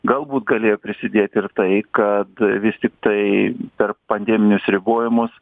galbūt galėjo prisidėt ir tai kad vis tiktai per pandeminius ribojimus